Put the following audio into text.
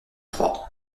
trois